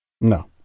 No